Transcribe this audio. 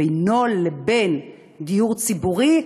שהמרחק בינו לבין דיור ציבורי,